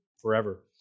forever